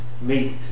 meet